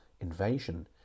invasion